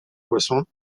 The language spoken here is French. poissons